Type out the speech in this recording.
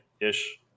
ish